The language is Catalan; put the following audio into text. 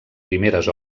primeres